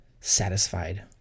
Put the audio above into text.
satisfied